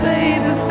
Baby